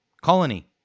Colony